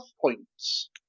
points